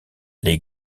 les